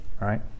right